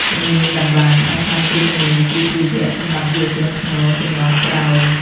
ជំនាញតម្បាញអាចក្លាយជាជំនាញវិជ្ជាជីវៈសម្រាប់យុវជនព្នងជំនាន់ក្រោយ។